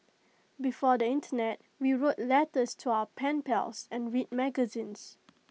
before the Internet we wrote letters to our pen pals and read magazines